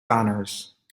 honors